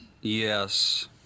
yes